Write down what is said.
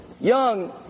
young